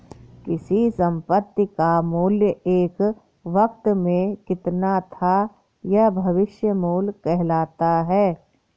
किसी संपत्ति का मूल्य एक वक़्त में कितना था यह भविष्य मूल्य कहलाता है